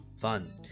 Fun